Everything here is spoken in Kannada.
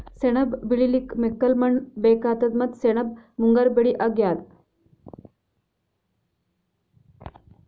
ಸೆಣಬ್ ಬೆಳಿಲಿಕ್ಕ್ ಮೆಕ್ಕಲ್ ಮಣ್ಣ್ ಬೇಕಾತದ್ ಮತ್ತ್ ಸೆಣಬ್ ಮುಂಗಾರ್ ಬೆಳಿ ಅಗ್ಯಾದ್